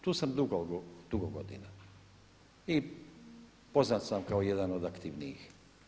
Tu sam dugo godina i poznat sam kao jedan od aktivnijih.